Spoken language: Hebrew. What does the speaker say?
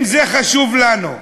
אם זה חשוב לנו,